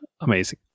amazing